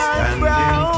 Standing